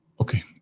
Okay